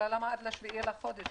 למה עד ה-7 בחודש?